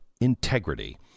integrity